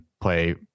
play